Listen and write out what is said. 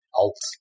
alt